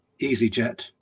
EasyJet